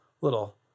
Little